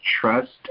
trust